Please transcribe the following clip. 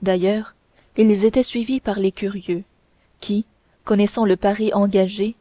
d'ailleurs ils étaient suivis par les curieux qui connaissant le pari engagé